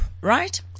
Right